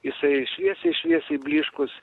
jisai šviesiai šviesiai blyškus